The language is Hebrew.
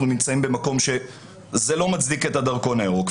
נמצאים במקום שזה לא מצדיק את הדרכון הירוק.